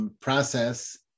process